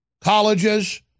colleges